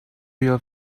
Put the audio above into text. your